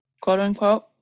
quote-unquote